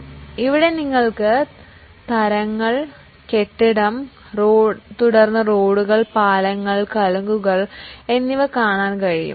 അതിനാൽ ഇവിടെ നിങ്ങൾക്ക് തരങ്ങൾ കെട്ടിടം തുടർന്ന് റോഡുകൾ പാലങ്ങൾ കലുങ്കുകൾ എന്നിവ കാണാൻ കഴിയും